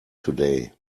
today